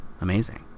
amazing